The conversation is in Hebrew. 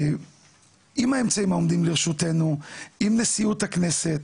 עם האמצעים העומדים לרשותנו, עם נשיאות הכנסת,